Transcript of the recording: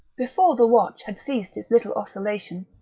before the watch had ceased its little oscillation,